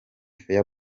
fair